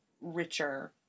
richer